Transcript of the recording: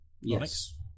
Yes